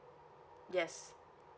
yes